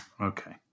Okay